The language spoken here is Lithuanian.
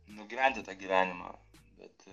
nugyventi tą gyvenimą bet